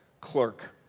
clerk